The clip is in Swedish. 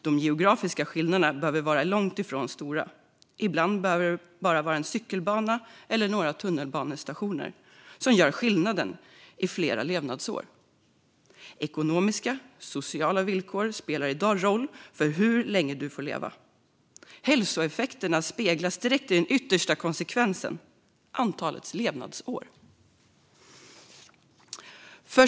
De geografiska skillnaderna behöver långt ifrån vara stora - bara en cykelbana eller några tunnelbanestationer kan utgöra en skillnad på flera levnadsår. Ekonomiska och sociala villkor spelar i dag roll för hur länge du får leva. Hälsoeffekterna avspeglas direkt i den yttersta konsekvensen: antalet levnadsår.